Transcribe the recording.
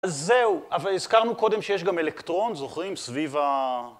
אז זהו, אבל הזכרנו קודם שיש גם אלקטרון, זוכרים? סביב ה...